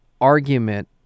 argument